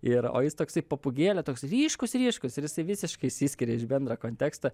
ir o jis toksai papūgėlė toks ryškus ryškus ir jisai visiškai išsiskiria iš bendro konteksto